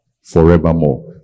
forevermore